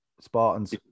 Spartans